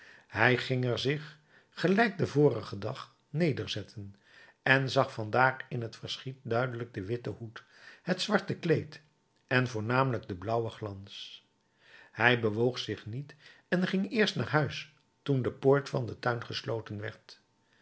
hij ging er zich gelijk den vorigen dag nederzetten en zag van daar in het verschiet duidelijk den witten hoed het zwarte kleed en voornamelijk den blauwen glans hij bewoog zich niet en ging eerst naar huis toen de poort van den tuin gesloten werd